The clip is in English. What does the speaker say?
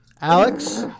Alex